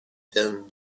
them